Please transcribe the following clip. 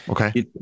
Okay